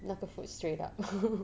那个 food straight up